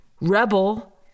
Rebel